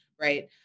right